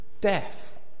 death